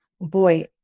boy